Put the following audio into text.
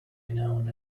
known